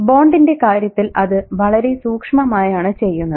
ബോണ്ടിന്റെ കാര്യത്തിൽ അത് വളരെ സൂക്ഷ്മമായാണ് ചെയ്യുന്നത്